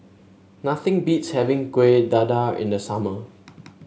nothing beats having Kuih Dadar in the summer